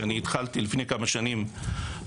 שאני התחלתי לפני כמה שנים בכללית,